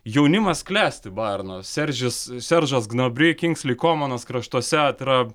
jaunimas klesti bajerno serdžis seržas gnobri kingslis komanas kraštuose tai yra